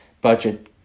budget